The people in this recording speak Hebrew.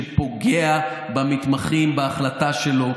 שפוגע במתמחים בהחלטה שלו,